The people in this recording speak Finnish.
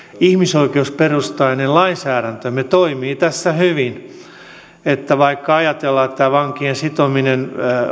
ihmisoikeusperustainen lainsäädäntömme toimii tässä hyvin vaikka ajatellaan että tämä vankien sitominen